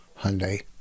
Hyundai